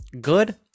good